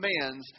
commands